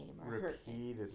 Repeatedly